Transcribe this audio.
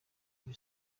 uyu